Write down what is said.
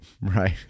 right